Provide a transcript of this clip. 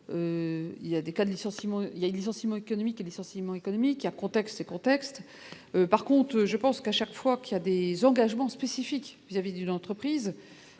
il y a licenciements économiques et licenciements économiques contexte contexte par contre je pense qu'à chaque fois qu'il y a des engagements spécifiques vis-à-vis d'une entreprise